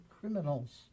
criminals